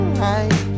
right